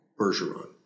Bergeron